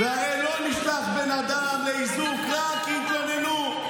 והרי לא נשלח בן אדם לאיזוק רק כי התלוננו.